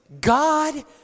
God